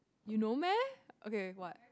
you know meh okay what